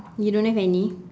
you don't have any